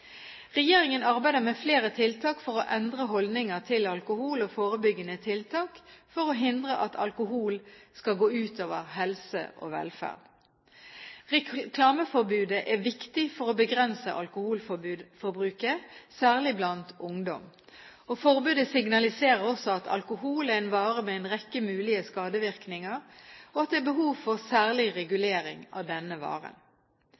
Regjeringen arbeider med flere tiltak for å endre holdninger til alkohol og forebygging for å hindre at alkohol skal gå ut over helse og velferd. Reklameforbudet er viktig for å begrense alkoholforbruket, særlig blant ungdom. Forbudet signaliserer også at alkohol er en vare med en rekke mulige skadevirkninger, og at det er behov for særlig regulering av denne varen.